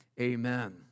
amen